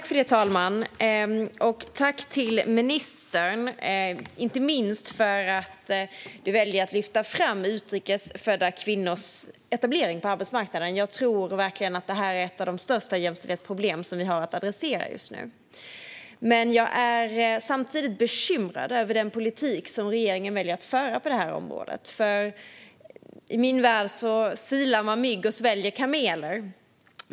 Fru talman! Tack, ministern - inte minst för att du väljer att lyfta fram utrikes födda kvinnors etablering på arbetsmarknaden! Jag tror verkligen att det är ett av de största jämställdhetsproblemen vi har att adressera just nu. Samtidigt är jag bekymrad över den politik som regeringen väljer att föra på det här området, för i min värld silar man mygg och sväljer kameler.